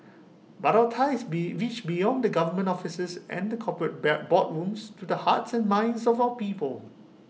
but our ties be reach beyond the government offices and the corporate bear boardrooms to the hearts and minds of our people